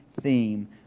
theme